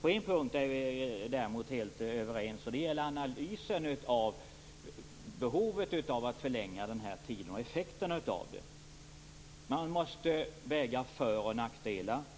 På en punkt är vi däremot helt överens. Det gäller analysen av behovet av att förlänga den här tiden och effekterna av det. Man måste väga för och nackdelar mot varandra.